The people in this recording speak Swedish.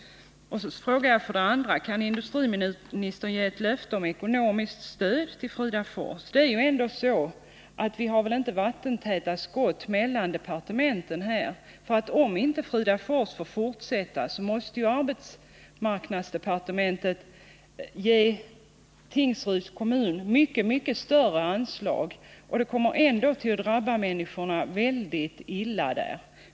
För det andra frågade jag: Kan industriministern ge ett löfte om ekonomiskt stöd till Fridafors? Vi har väl ändå inte vattentäta skott mellan departementen? Om inte Fridafors får fortsätta, måste ju arbetsmarknadsdepartementet ge Tingsryds kommun mycket större anslag, och människorna där kommer ändå att drabbas väldigt hårt.